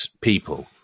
people